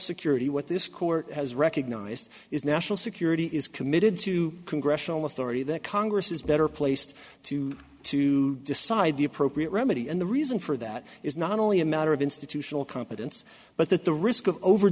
security what this court has recognized is national security is committed to congressional authority that congress is better placed to to decide the appropriate remedy and the reason for that is not only a matter of institutional competence but that the risk of over